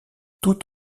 tout